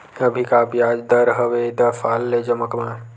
अभी का ब्याज दर हवे दस साल ले जमा मा?